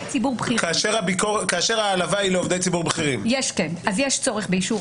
כאשר ההעלבה היא לעובדי ציבור בכירים --- אז יש צורך באישור